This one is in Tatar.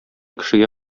кешегә